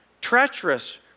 treacherous